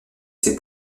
ses